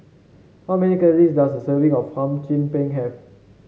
how many calories does a serving of Hum Chim Peng have